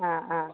ആ ആ